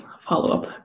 follow-up